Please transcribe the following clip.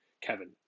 Kevin